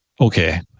okay